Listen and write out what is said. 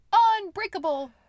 Unbreakable